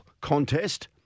contest